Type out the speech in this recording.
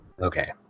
Okay